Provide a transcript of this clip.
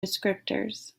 descriptors